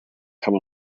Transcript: come